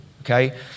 okay